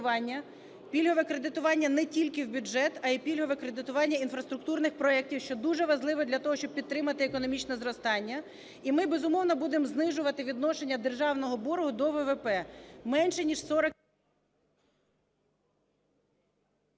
пільгове кредитування не тільки в бюджет, а й пільгове кредитування інфраструктурних проектів, що дуже важливо для того, щоб підтримати економічне зростання. І ми, безумовно, будемо знижувати відношення державного боргу до ВВП.